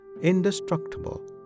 indestructible